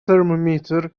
thermometer